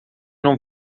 não